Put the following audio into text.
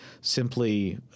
simply